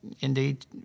indeed